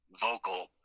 vocal